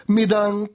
Midang